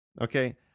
Okay